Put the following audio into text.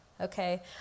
okay